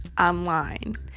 online